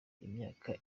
imyaka